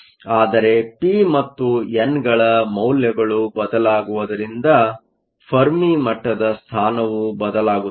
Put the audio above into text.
ಆದರೆ ಪಿ ಮತ್ತು ಎನ್ಗಳ ಮೌಲ್ಯಗಳು ಬದಲಾಗುವುದರಿಂದ ಫೆರ್ಮಿಮಟ್ಟದ ಸ್ಥಾನವು ಬದಲಾಗುತ್ತದೆ